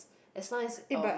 as long as um